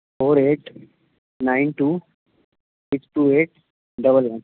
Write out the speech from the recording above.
four eight nine two six two eight double one